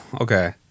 okay